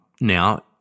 now